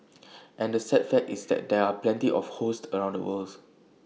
and the sad fact is that there are plenty of hosts around the worlds